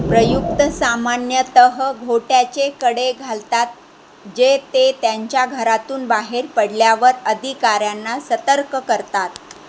प्रयुक्त सामान्यतः घोट्याचे कडे घालतात जे ते त्यांच्या घरातून बाहेर पडल्यावर अधिकाऱ्यांना सतर्क करतात